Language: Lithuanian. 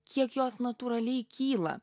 kiek jos natūraliai kyla